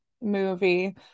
movie